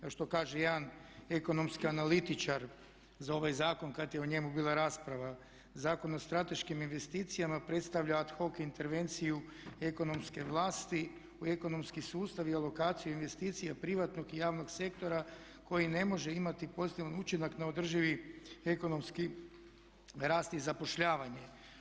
Kao što kaže jedan ekonomski analitičar za ovaj zakon kad je o njemu bila rasprava Zakon o strateškim investicijama predstavlja ad hoc intervenciju ekonomske vlasti u ekonomski sustav i alokaciju investicija privatnog i javnog sektora koji ne može imati pozitivan učinak na održivi ekonomski rast i zapošljavanje.